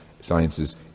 sciences